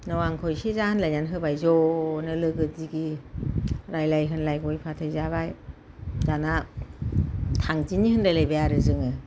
न आंखौ एसे जा होनलायनानै होबाय ज'नो लोगो दिगि रायलाय होनलाय गय फाथै जाबाय दाना थांदिनि होनलायलायबाय आरो जोङो